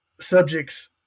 subjects